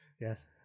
Yes